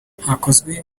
hakozwe